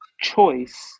choice